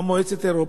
גם מועצת אירופה,